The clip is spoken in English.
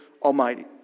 Almighty